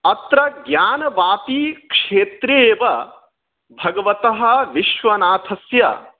अत्र ज्ञानवापीक्षेत्रे एव भगवतः विश्वनाथस्य